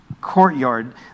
courtyard